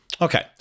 Okay